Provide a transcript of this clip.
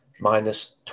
minus